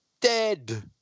dead